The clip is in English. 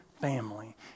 family